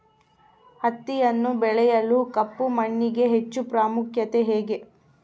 ಹತ್ತಿಯನ್ನು ಬೆಳೆಯಲು ಕಪ್ಪು ಮಣ್ಣಿಗೆ ಹೆಚ್ಚು ಪ್ರಾಮುಖ್ಯತೆ ಏಕೆ?